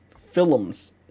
Films